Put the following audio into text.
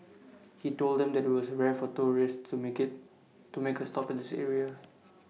he told them that IT was rare for tourists to make IT to make A stop at this area